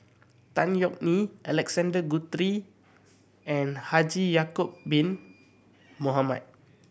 Tan Yeok Nee Alexander Guthrie and Haji Ya'acob Bin Mohamed